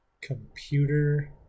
computer